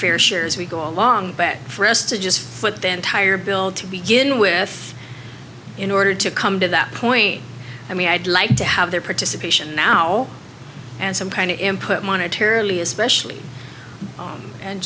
fair share as we go along but for us to just put the entire bill to begin with in order to come to that point i mean i'd like to have their participation now and some kind of input monitor lee especially